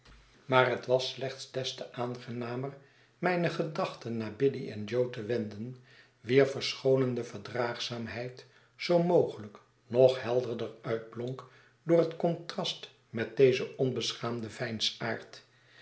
maar het was slechts des te aangenamer mijne gedachten naar biddy en jo te wenden wier vei schoonende verdraagzaamheid zoo mogelljk nog helderder uitblonk door het contrast met dezen